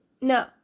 No